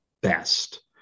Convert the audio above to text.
best